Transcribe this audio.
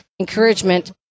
encouragement